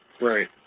right